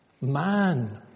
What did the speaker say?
man